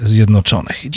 Zjednoczonych